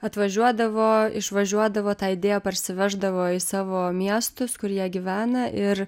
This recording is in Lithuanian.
atvažiuodavo išvažiuodavo tai idėją parsiveždavo į savo miestus kur jie gyvena ir